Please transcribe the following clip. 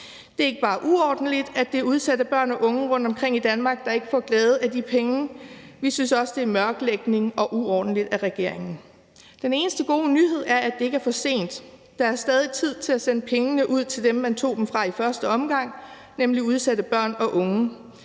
Det er ikke bare uordentligt, at det er udsatte børn og unge rundtomkring i dag, der ikke får glæde af de penge. Vi synes også, at det ud over at være uordentligt er mørklægning fra regeringens side. Den eneste gode nyhed er, at det ikke er for sent. Der er stadig tid til at sende pengene ud til dem, man tog dem fra i første omgang, nemlig udsatte børn og unge.